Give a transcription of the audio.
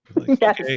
Yes